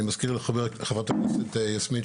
אני מזכיר לחברת הכנסת יסמין,